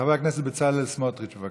חבר הכנסת בצלאל סמוטריץ, בבקשה.